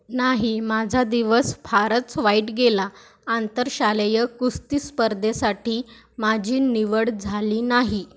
नाही माझा दिवस फारच वाईट गेला आंतरशालेय कुस्ती स्पर्धेसाठी माझी निवड झाली नाही